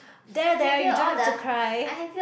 there there you don't have to cry